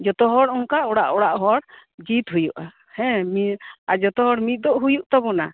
ᱡᱚᱛᱚ ᱦᱚᱲ ᱚᱱᱠᱟ ᱟᱲᱟᱜ ᱚᱲᱟᱜ ᱦᱚᱲ ᱡᱤᱫ ᱦᱩᱭᱩᱜᱼᱟ ᱦᱮ ᱟᱨ ᱡᱚᱛᱚ ᱦᱚᱲ ᱢᱤᱫᱚᱜ ᱦᱩᱭᱩᱜ ᱛᱟᱵᱚᱱᱟ